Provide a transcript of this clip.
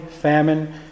famine